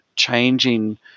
Changing